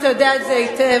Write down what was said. אתה יודע את זה היטב,